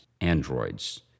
androids